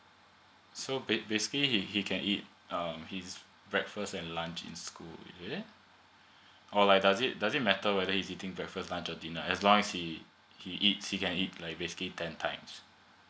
so ba basically he he can eat um his breakfast and lunch in school is it or like does it doesn't matter whether is eating breakfast lunch or dinner as long as he eat he can eat like basically ten times